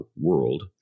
world